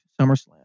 SummerSlam